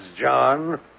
John